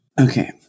Okay